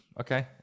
Okay